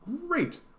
great